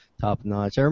top-notch